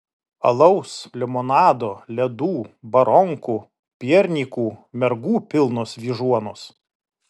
alaus limonado ledų baronkų piernykų mergų pilnos vyžuonos